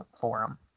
forum